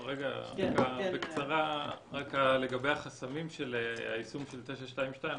רק בקצרה לגבי החסמים של היישום של 922,